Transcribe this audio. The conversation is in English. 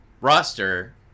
roster